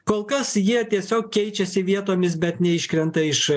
kol kas jie tiesiog keičiasi vietomis bet neiškrenta iš